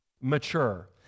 mature